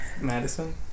Madison